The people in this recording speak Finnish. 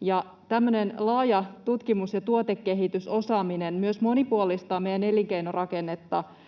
ja tämmöinen laaja tutkimus- ja tuotekehitysosaaminen myös monipuolistaa meidän elinkeinorakennettamme